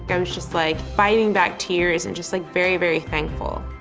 i was just, like, fighting back tears, and just like very very thankful.